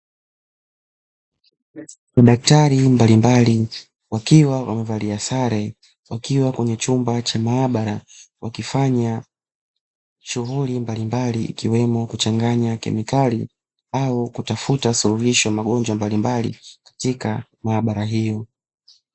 Madaktari mbalimbali wakiwa wamevalia sare, wakiwa kwenye chumba cha maabara wakifanya shughuli mbalimbali, ikiwemo kuchanganya kemikali au kutafuta suluhisho ya magonjwa mbalimbali katika maabara hiyo.